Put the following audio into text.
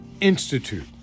Institute